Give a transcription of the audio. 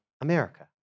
America